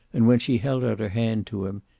and when she held out her hand to him,